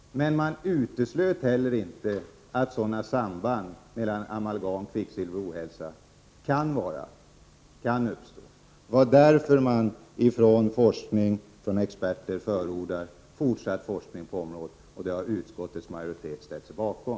Men vetenskapen utesluter heller inte att sådana samband mellan amalgam, kvicksilver och ohälsa kan finnas. Det är därför experterna förordar fortsatt forskning på detta område. Det har utskottets majoritet ställt sig bakom.